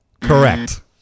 Correct